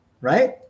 right